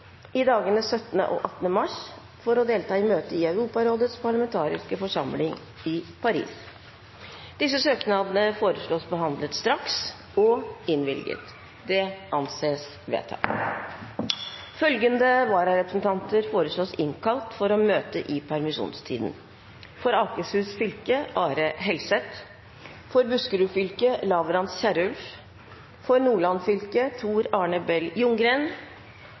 i dagene 17. og 18. mars for å delta i møte i Europarådets parlamentariske forsamling i Paris Etter forslag fra presidenten ble enstemmig besluttet: Søknadene behandles straks og innvilges. Følgende vararepresentanter innkalles for å møte i permisjonstiden: For Akershus fylke: Are HelsethFor Buskerud fylke: Lavrans KierulfFor Nordland fylke: Tor Arne Bell